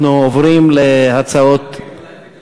אולי דווקא